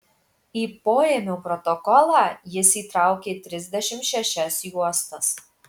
į poėmio protokolą jis įtraukė trisdešimt šešias juostas